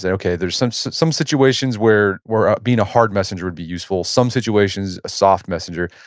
and okay, there's some some situations where where being a hard messenger would be useful. some situations a soft messenger.